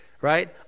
right